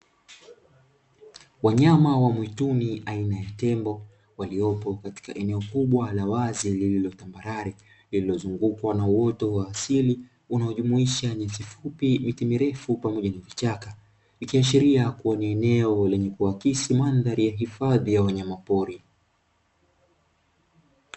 Wanyama wa mwituni aina ya tembo waliopo katika eneo kubwa la wazi lililotambarare lililozungukwa na uoto wa asili unaojumuisha nyasi fupi, miti mirefu pamoja na vichaka. Ikiashiria kuwa ni eneo lenye kuakisi mandhari ya hifadhi ya wanyamapori .